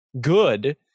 good